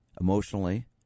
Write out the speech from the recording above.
emotionally